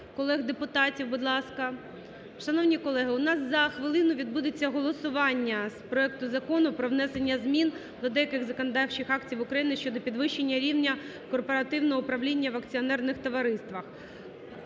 колег депутатів, будь ласка. Шановні колеги, у нас за хвилину відбудеться голосування з проекту Закону про внесення змін до деяких законодавчих актів України щодо підвищення рівня корпоративного управління в акціонерних товариствах.